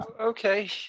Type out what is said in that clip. Okay